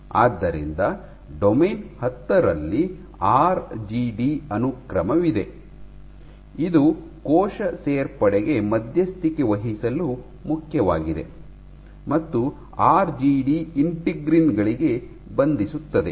ಆದ್ದರಿಂದ ಡೊಮೇನ್ ಹತ್ತರಲ್ಲಿ R G D ಅನುಕ್ರಮವಿದೆ ಇದು ಕೋಶ ಸೇರ್ಪಡೆಗೆ ಮಧ್ಯಸ್ಥಿಕೆ ವಹಿಸಲು ಮುಖ್ಯವಾಗಿದೆ ಮತ್ತು ಆರ್ ಜಿ ಡಿ ಇಂಟಿಗ್ರೀನ್ ಗಳಿಗೆ ಬಂಧಿಸುತ್ತದೆ